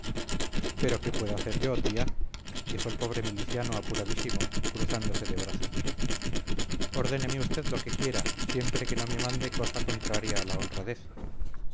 pero qué puedo hacer yo tía dijo el pobre miliciano apuradísimo cruzándose de brazos ordéneme usted lo que quiera siempre que no me mande cosa contraria a la honradez